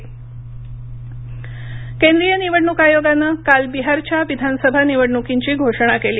बिहार निवडणका केंद्रीय निवडणूक आयोगानं काल बिहारच्या विधानसभा निवडणूकींची घोषणा केली